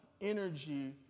energy